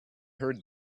heard